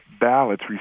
ballots